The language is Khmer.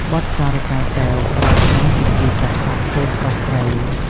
បទសារិកាកែវ ប្រើក្នុងពិធីកាត់សក់កូនប្រុសស្រី។